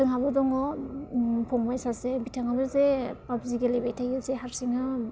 जोंहाबो दङ फंबाय सासे बिथाङाबो जे पाबजि गेलेबाय थायो जे हारसिनो